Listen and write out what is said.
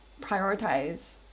prioritize